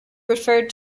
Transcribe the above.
referred